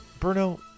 Bruno